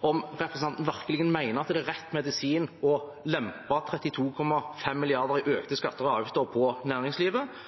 om representanten virkelig mener at det er rett medisin å lempe 32,5 mrd. kr i økte skatter og avgifter på næringslivet.